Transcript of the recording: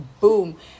boom